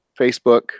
Facebook